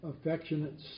affectionate